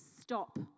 stop